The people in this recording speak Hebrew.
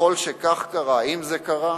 ככל שכך קרה, אם זה קרה,